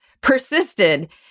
persisted